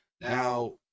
now